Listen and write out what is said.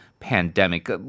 pandemic